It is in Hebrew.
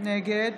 נגד